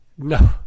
No